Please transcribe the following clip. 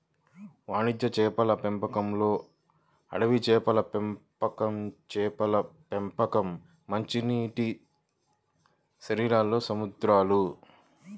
వాణిజ్య చేపల పెంపకంలోఅడవి చేపల పెంపకంచేపల పెంపకం, మంచినీటిశరీరాల్లో సముద్రాలు